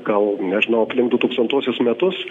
gal nežinau aplink du tūkstantuosius metus